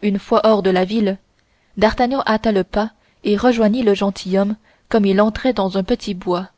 une fois hors de la ville d'artagnan pressa le pas et rejoignit le gentilhomme comme il entrait dans un petit bois